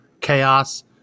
chaos